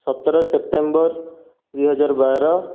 ସତର ସେପ୍ଟେମ୍ବର ଦୁଇ ହଜାର ବାର